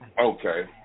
okay